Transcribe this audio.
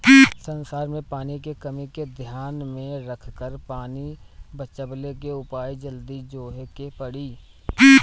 संसार में पानी के कमी के ध्यान में रखकर पानी बचवले के उपाय जल्दी जोहे के पड़ी